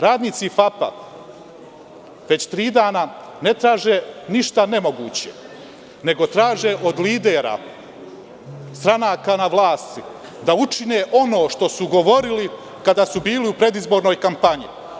Radnici FAP već tri dana ne traže ništa nemoguće, nego traže od lidera stranaka na vlasti da učine ono što su govorili kada su bili u predizbornoj kampanji.